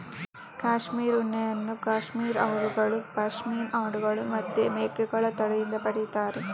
cashmere ಉಣ್ಣೆಯನ್ನ cashmere ಆಡುಗಳು, ಪಶ್ಮಿನಾ ಆಡುಗಳು ಮತ್ತೆ ಮೇಕೆಗಳ ತಳಿಯಿಂದ ಪಡೀತಾರೆ